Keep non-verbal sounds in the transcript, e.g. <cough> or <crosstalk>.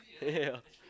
yeah <laughs>